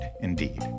indeed